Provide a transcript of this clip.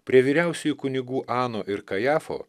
prie vyriausiųjų kunigų ano ir kajafo